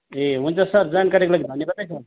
ए हुन्छ सर जानकारीको लागि धन्यवाद है सर